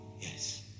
Yes